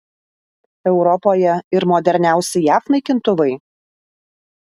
europoje ir moderniausi jav naikintuvai